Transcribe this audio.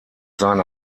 seine